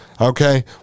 Okay